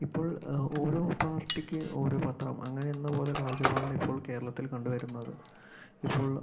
ഇപ്പോൾ ഓരോ പാർട്ടിക്ക് ഓരോ പത്രം അങ്ങനെയെന്ന പോലെ കാഴ്ചപ്പാടാണ് ഇപ്പോൾ കേരളത്തിൽ കണ്ട് വരുന്നത് ഇപ്പോൾ